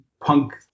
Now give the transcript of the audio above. Punk